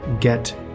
get